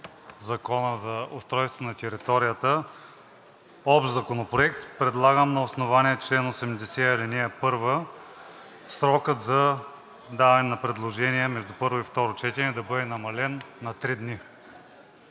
Закона за устройство на територията – Общ законопроект, предлагам на основание чл. 80, ал. 1 срокът за даване на предложения между първо и второ четене да бъде намален на три дни.